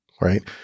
right